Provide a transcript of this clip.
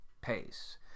pace